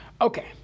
Okay